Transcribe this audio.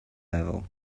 level